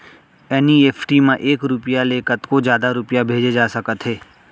NEFT म एक रूपिया ले कतको जादा रूपिया भेजे जा सकत हे